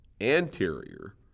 anterior